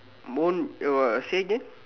moon uh say again